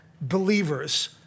believers